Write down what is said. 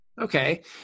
Okay